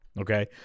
okay